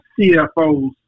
CFOs